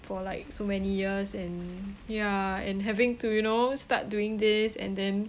for like so many years and ya and having to you know start doing this and then